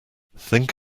think